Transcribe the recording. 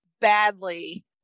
badly